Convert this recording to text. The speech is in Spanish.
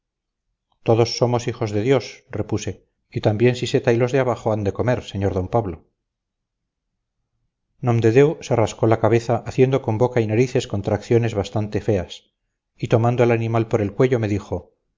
todos somos hijos de dios repuse y también siseta y los de abajo han de comer sr d pablo nomdedeu se rascó la cabeza haciendo con boca y narices contracciones bastante feas y tomando el animal por el cuello me dijo